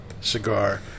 cigar